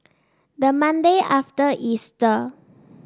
the Monday after Easter